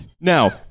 Now